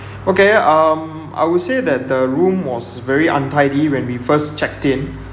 okay um I would say that the room was very untidy when we first checked in